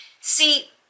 See